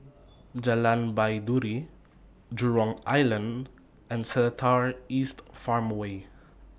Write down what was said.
Jalan Baiduri Jurong Island and Seletar East Farmway